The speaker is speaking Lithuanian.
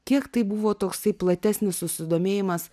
kiek tai buvo toksai platesnis susidomėjimas